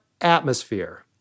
atmosphere